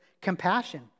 compassion